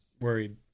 worried